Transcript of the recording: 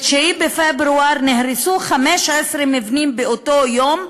ב-9 בפברואר נהרסו 15 מבנים, באותו יום,